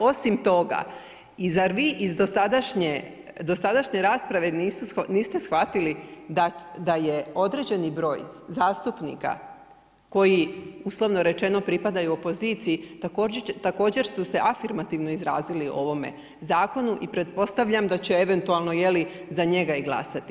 Osim toga, zar vi iz dosadašnje rasprave, niste shvatili, da je određeni broj zastupnika, koji uslovno rečeno pripadaju opoziciji također su se afirmativno izrazili o ovome zakonu i pretpostavljam da će eventualno je li i za njega i glasati.